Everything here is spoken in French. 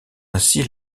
ainsi